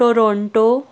Toronto